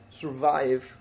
survive